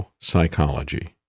psychology